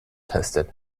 tested